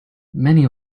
many